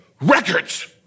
records